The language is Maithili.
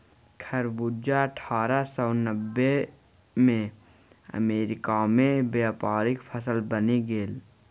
खरबूजा अट्ठारह सौ नब्बेमे अमेरिकामे व्यापारिक फसल बनि गेल